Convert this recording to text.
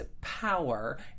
power